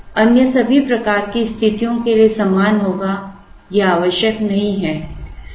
अन्य सभी प्रकार की स्थितियों के लिए समान होगा यह आवश्यक नहीं है